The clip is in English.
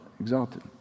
exalted